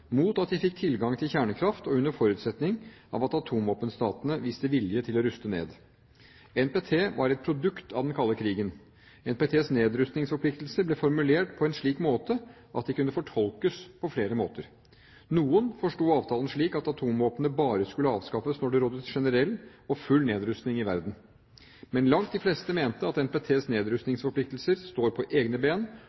mot at de fikk tilgang til kjernekraft og under forutsetning av at atomvåpenstatene viste vilje til å ruste ned. NPT var et produkt av den kalde krigen. NPTs nedrustningsforpliktelser ble formulert slik at de kunne fortolkes på flere måter. Noen forsto avtalen slik at atomvåpen bare skulle avskaffes når det rådet generell og full nedrustning i verden. Men langt de fleste mente at NPTs